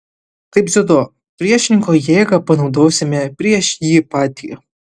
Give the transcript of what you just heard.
kaip dziudo priešininko jėgą panaudosime prieš jį patį